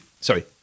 Sorry